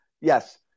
yes